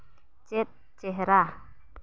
ᱪᱮᱫ ᱪᱮᱦᱨᱟ